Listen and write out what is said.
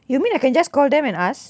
you mean I can just call them and ask